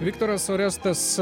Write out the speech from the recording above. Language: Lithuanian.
viktoras orestas